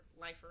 life